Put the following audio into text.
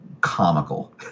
comical